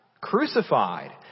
crucified